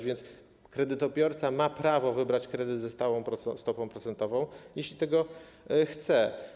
A więc kredytobiorca ma prawo wybrać kredyt ze stałą stopą procentową, jeśli tego chce.